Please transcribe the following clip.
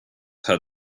had